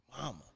mama